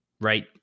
right